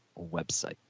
website